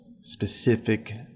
specific